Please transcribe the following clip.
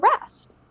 rest